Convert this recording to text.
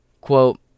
Quote